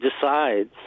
decides